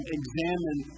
examine